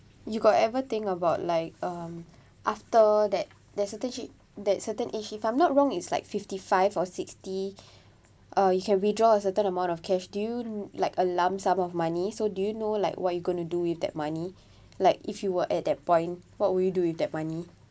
you got ever think about like um after that that certain change that certain age if I'm not wrong it's like fifty-five or sixty uh you can withdraw a certain amount of cash do you like a lump sum of money so do you know like what you going do with that money like if you were at that point what would you do with that money